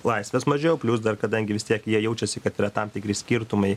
laisvės mažiau plius dar kadangi vis tiek jie jaučiasi kad yra tam tikri skirtumai